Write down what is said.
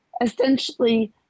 essentially